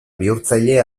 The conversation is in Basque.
bihurtzaile